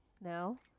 No